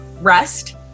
rest